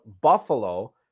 Buffalo